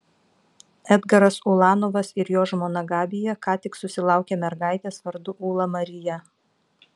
edgaras ulanovas ir jo žmona gabija ką tik susilaukė mergaitės vardu ūla marija